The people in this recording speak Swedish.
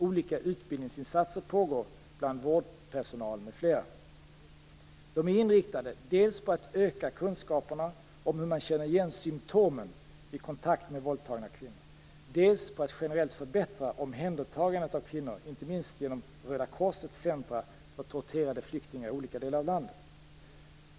Olika utbildningsinsatser pågår bland vårdpersonal m.fl. De är inriktade dels på att öka kunskaperna om hur man känner igen symptomen vid kontakt med våldtagna kvinnor, dels på att generellt förbättra omhändertagandet av kvinnor, inte minst genom Röda korsets centra för torterade flyktingar i olika delar av landet.